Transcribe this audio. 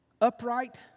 upright